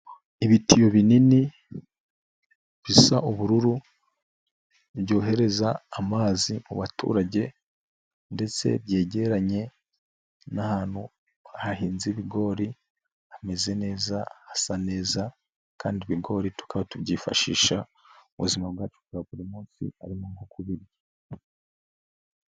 Ibitiyo binini bisa ubururu byohereza amazi mu baturage ndetse byegeranye n'ahantu hahinze ibigori hameze neza hasa neza kandi ibigori tukaba tubyifashisha mu buzima bwacu bwa buri munsi harimo nko kubirya.